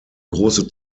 große